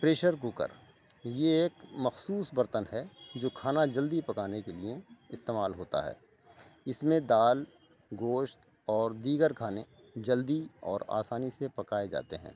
pressure cooker یہ ایک مخصوص برتن ہے جو کھانا جلدی پکانے کے لیے استعمال ہوتا ہے اس میں دال گوشت اور دیگر کھانے جلدی اور آسانی سے پکائے جاتے ہیں